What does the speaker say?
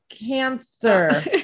cancer